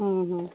ହଁ ହଁ